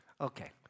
Okay